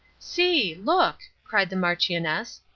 see! look! cried the marchioness.